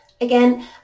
Again